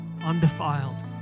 undefiled